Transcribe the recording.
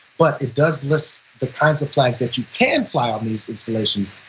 but it does list the kinds of flags that you can fly on these installations.